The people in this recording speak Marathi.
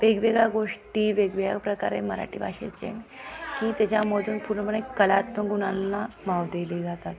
वेगवेगळ्या गोष्टी वेगवेगळ्या प्रकारे मराठी भाषेचे की त्याच्यामधून पूर्णपणे कलात्म गुणांना वाव दिले जातात